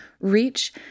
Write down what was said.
reach